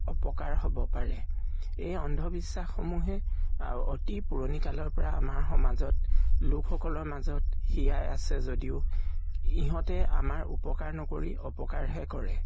অপকাৰ হ'ব পাৰে এই অন্ধবিশ্বাসসমূহে আৰু অতি পুৰণি কালৰ পৰা আমাৰ সমাজত লোকসকলৰ মাজত জীয়াই আছে যদিও ইহঁতে আমাৰ উপকাৰ নকৰি অপকাৰহে কৰে